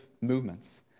movements